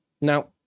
Now